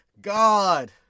God